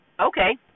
Okay